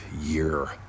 year